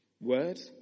Word